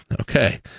Okay